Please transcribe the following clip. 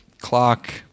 clock